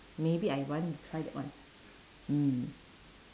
maybe I want to try that one mm